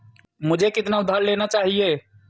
मुझे कितना उधार लेना चाहिए?